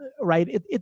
right